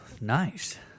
Nice